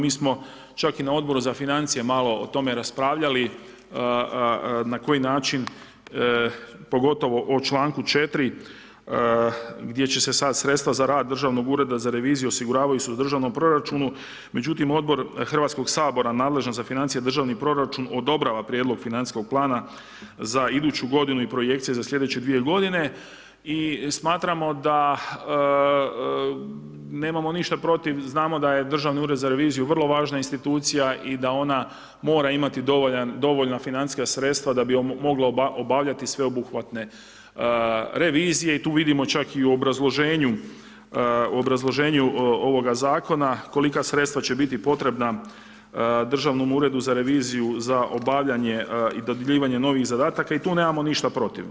Mi smo čak i na odboru za financije malo o tome raspravljali, na koji način, pogotovo o čl. 4. gdje će se sada sredstva za rad Državnog ureda za reviziju, osiguravaju se u državnom proračunu, međutim, odbor Hrvatskog sabora nadležan za financije i državni proračun, odobrava prijedlog financijskog plana za iduću godinu i projekcije za sljedeće 2 g. I smatramo da nemamo ništa protiv, znamo da je Državni ured za reviziju vrlo važna institucija i da ona mora imati dovoljna financijska sredstva da bi mogla obavljati sveobuhvatne revizije i tu vidimo čak i u obrazloženju ovoga zakona kolika sredstva će biti potrebna Državnom uredu za reviziju za obavljanje i dobivanje novih zadataka i tu nemamo ništa protiv.